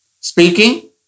Speaking